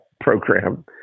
program